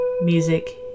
music